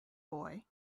boy